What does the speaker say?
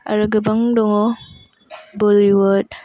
आरो गोबां दङ बलीउद